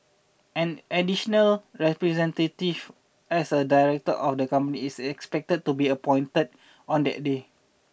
an additional representative as a director of the company is expected to be appointed on that day